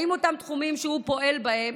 האם אותם תחומים שהוא פועל בהם,